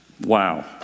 Wow